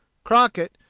crockett,